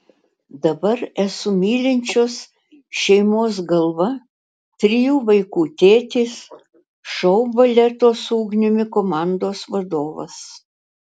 dabar esu mylinčios šeimos galva trijų vaikų tėtis šou baleto su ugnimi komandos vadovas